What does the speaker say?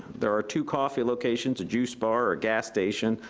there are two coffee locations, a juice bar, a gas station,